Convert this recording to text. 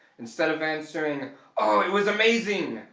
instead of answering oh it was amazing,